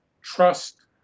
trust